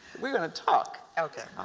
we're going to talk.